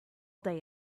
day